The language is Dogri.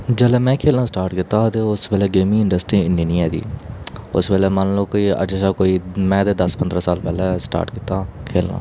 जेल्लै में खेलना स्टार्ट कीता हां ते उस बैल्ले गेमिंग इंडस्ट्री इन्नी नि ऐ ही उस बैल्ले मन लो कोई अज्ज शा कोई में ते दस पंदरां साल पैह्लें स्टार्ट कीता हा खेलना